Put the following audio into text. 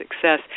success